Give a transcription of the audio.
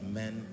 men